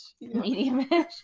Medium-ish